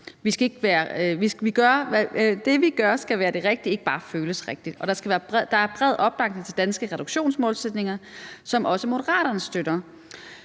Det vi gør, skal være det rigtige – ikke bare føles rigtigt. Når der er bred opbakning til de danske reduktionsmålsætninger, som også Moderaterne støtter